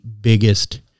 biggest